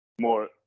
more